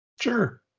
Sure